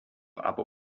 aber